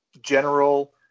general